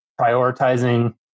prioritizing